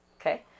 okay